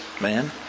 man